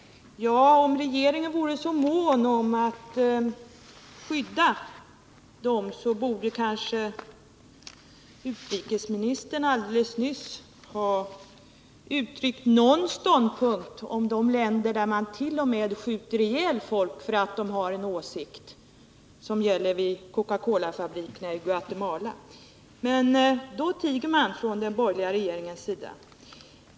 Om regeringen vore så mån att skydda dem, borde kanske utrikesministern alldeles nyss här ha uttryckt någon ståndpunkt i fråga om de länder där mant.o.m. skjuter ihjäl folk för att de har en åsikt, vilket alltså sker vid Coca Cola-fabrikerna i Guatemala. Men då tiger ni i den borgerliga regeringen.